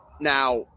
Now